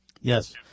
Yes